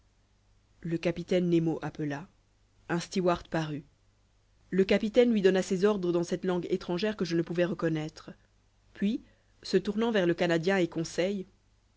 le capitaine nemo appela un stewart parut le capitaine lui donna ses ordres dans cette langue étrangère que je ne pouvais reconnaître puis se tournant vers le canadien et conseil